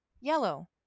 Yellow